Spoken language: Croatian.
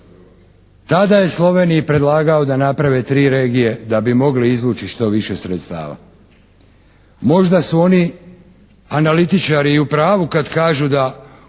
Tada je Sloveniji predlagao da naprave 3 regije da bi mogli izvući što više sredstava. Možda su oni analitičari i u pravu kad kažu da